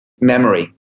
memory